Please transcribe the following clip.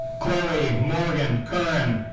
chloe morgan curran.